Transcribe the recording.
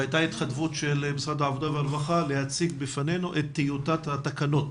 והייתה התחייבות של משרד העבודה והרווחה להציג בפנינו את טיוטת התקנות.